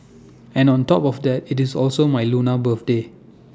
and on top of that IT is also my lunar birthday